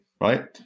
right